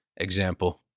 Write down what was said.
example